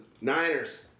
Niners